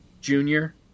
Junior